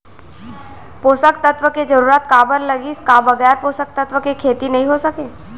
पोसक तत्व के जरूरत काबर लगिस, का बगैर पोसक तत्व के खेती नही हो सके?